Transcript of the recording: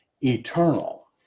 eternal